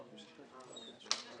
כמה זמן ייתנו להם והצעת גם פשרה.